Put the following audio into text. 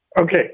Okay